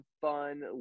fun